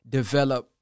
develop